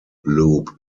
loop